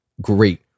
great